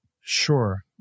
Sure